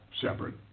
separate